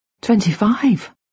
Twenty-five